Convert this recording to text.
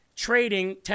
trading